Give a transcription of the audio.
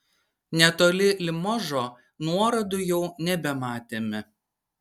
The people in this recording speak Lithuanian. netoli limožo nuorodų jau nebematėme